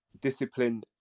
discipline